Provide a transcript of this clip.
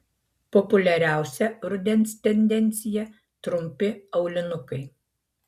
populiariausia rudens tendencija trumpi aulinukai